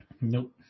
Nope